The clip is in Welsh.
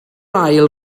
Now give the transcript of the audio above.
ail